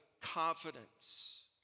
confidence